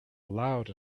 loud